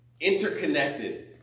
interconnected